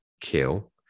kill